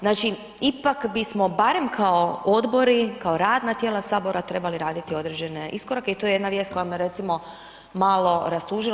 Znači ipak bismo barem kao odbori, kao radna tijela Sabora trebali raditi određene iskorake i to je jedna vijest koja me recimo malo rastužila.